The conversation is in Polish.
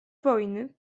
wojny